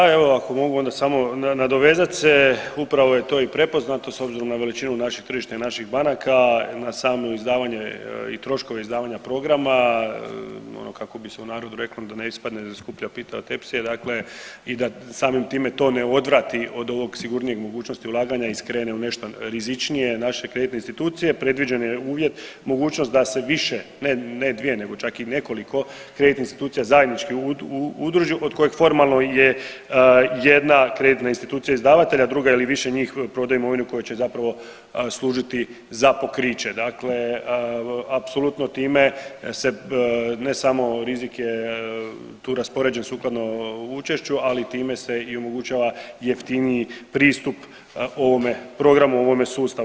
Da, evo ako mogu onda samo nadovezat se upravo je to i prepoznato s obzirom na veličinu naših tržišta i naših banaka, na samo izdavanje i troškove izdavanja programa ono kako bi se u narodu reklo da ne ispadne da je skuplja pita od tepsije, dakle i da samim time to ne odvrati od ovog sigurnijeg mogućnosti ulaganja i skrene u nešto rizičnije naše kreditne institucije predviđen je uvjet i mogućnost da se više ne, ne dvije nego čak i nekoliko kreditnih institucija zajednički udruži od kojeg formalno je jedna kreditna institucija izdavatelj, a druga ili više njih prodaju imovinu koja će zapravo služiti za pokriće, dakle apsolutno time se ne samo rizik je tu raspoređen sukladno učešću, ali time se i omogućava jeftiniji pristup ovome programu i ovome sustavu.